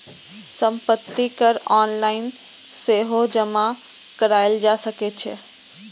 संपत्ति कर ऑनलाइन सेहो जमा कराएल जा सकै छै